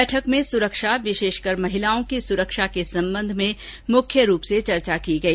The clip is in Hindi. बैठक में सुरक्षा विशेषकर महिलाओं की सुरक्षा के संबंध में मुख्य रूप से चर्चा की गई